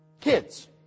kids